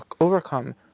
overcome